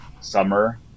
summer